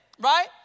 right